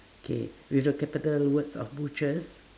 k with the capital words of butchers